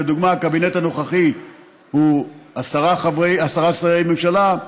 לדוגמה, הקבינט הנוכחי הוא עשרה שרי ממשלה,